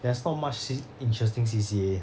there's not much C interesting C_C_A